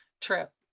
trip